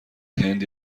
هند